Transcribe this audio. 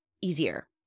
easier